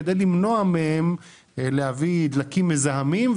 כדי למנוע מהם להביא דלקים מזהמים.